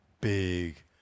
big